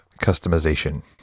customization